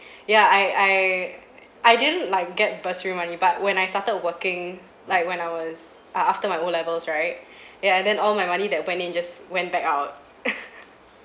ya I I I didn't like get bursary money but when I started working like when I was uh after my o levels right ya and then all my money that went in just went back out